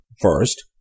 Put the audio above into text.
First